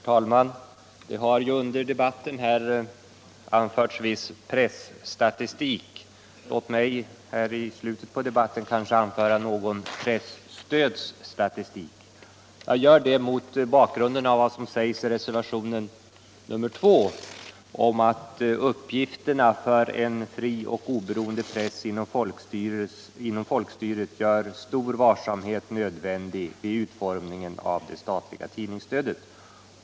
Herr talman! Under debatten har anförts viss presstatistik. Låt mig här i slutet på debatten anföra någon presstödsstatistik. Jag gör det mot bakgrunden av vad som sägs i reservationen 2, att uppgifterna för en fri och oberoende press inom folkstyret gör stor varsamhet nödvändig vid utformningen av det statliga tidningsstödet.